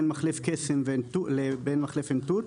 בין מחלף קסם ובין מחלף עין תות.